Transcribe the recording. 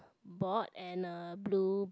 board and a blue bag